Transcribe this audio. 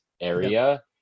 area